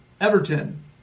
Everton